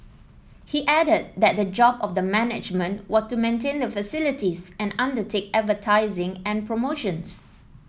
he added that the job of the management was to maintain the facilities and undertake advertising and promotions